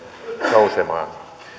nousemaan